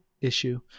Issue